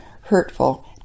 hurtful